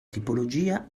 tipologia